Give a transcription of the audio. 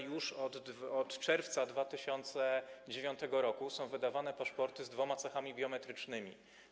Już od czerwca 2009 r. są wydawane paszporty z dwiema cechami biometrycznymi.